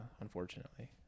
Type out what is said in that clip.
Unfortunately